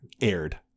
aired